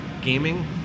gaming